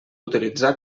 utilitzar